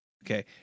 Okay